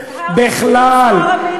לא מתבלבל בכלל.